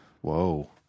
Whoa